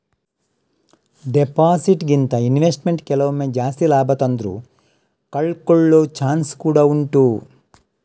deposit ಗಿಂತ investment ಕೆಲವೊಮ್ಮೆ ಜಾಸ್ತಿ ಲಾಭ ತಂದ್ರೂ ಕಳ್ಕೊಳ್ಳೋ ಚಾನ್ಸ್ ಕೂಡಾ ಉಂಟು